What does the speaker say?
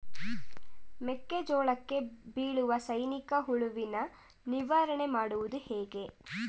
ಮೆಕ್ಕೆ ಜೋಳಕ್ಕೆ ಬೀಳುವ ಸೈನಿಕ ಹುಳುವಿನ ನಿರ್ವಹಣೆ ಮಾಡುವುದು ಹೇಗೆ?